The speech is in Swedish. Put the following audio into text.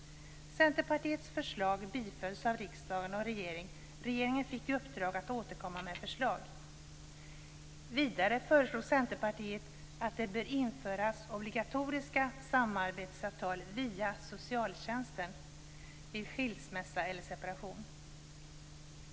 Centerpartiets förslag bifölls av riksdagen, och regeringen fick i uppdrag att återkomma med förslag. Vidare föreslog Centerpartiet att det bör införas obligatoriska samarbetsavtal via socialtjänsten vid skilsmässa eller separation.